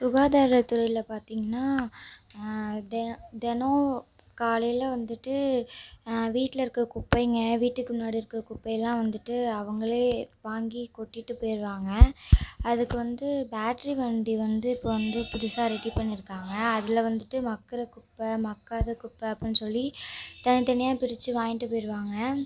சுகாதாரத் துறையில் பார்த்திங்கன்னா தெ தினோம் காலையில் வந்துட்டூ வீட்லருக்க குப்பைங்கள் வீட்டுக்கு முன்னாடி இருக்க குப்பைலாம் வந்துட்டு அவங்களே வாங்கி கொட்டிட்டு போயிருவாங்க அதுக்கு வந்து பேட்ரி வண்டி வந்து இப்போ வந்து புதுசா ரெடி பண்ணிருக்காங்கள் அதில் வந்துட்டு மக்குகிற குப்பை மக்காத குப்பை அப்படின்னு சொல்லி தனித்தனியா பிரித்து வாங்கிட்டுப் போயிருவாங்கள்